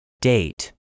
Date